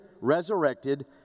resurrected